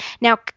now